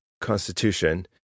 Constitution